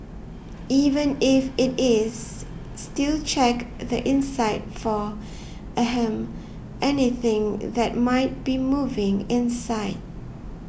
even if it is still check the inside for ahem anything that might be moving inside